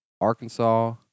Arkansas